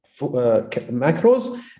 macros